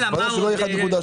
אז ברור שלא יהיה 1.6,